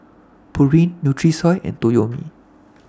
Pureen Nutrisoy and Toyomi